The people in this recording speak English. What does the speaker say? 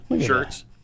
shirts